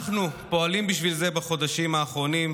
אנחנו פועלים בשביל זה בחודשים האחרונים,